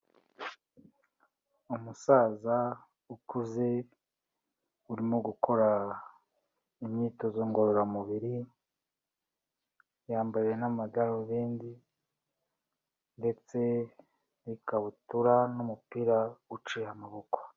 Umusaza ukuze urimo gukora imyitozo ngororamubiri, yambaye n'amadarubindi ndetse n'ikabutura n'umupira uciye amaboko.